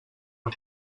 del